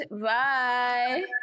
Bye